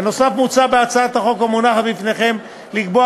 בנוסף מוצע בהצעת החוק המונחת בפניכם לקבוע